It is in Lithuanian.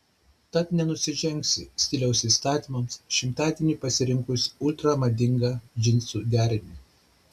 tad nenusižengsi stiliaus įstatymams šimtadieniui pasirinkusi ultra madingą džinsų derinį